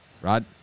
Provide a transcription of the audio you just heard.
Rod